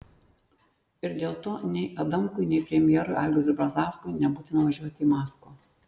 ir dėl to nei adamkui nei premjerui algirdui brazauskui nebūtina važiuoti į maskvą